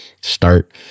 start